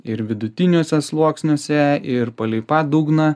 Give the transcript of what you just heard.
ir vidutiniuose sluoksniuose ir palei pat dugną